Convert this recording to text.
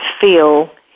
feel